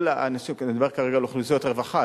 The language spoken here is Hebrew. אני מדבר כרגע על אוכלוסיות רווחה,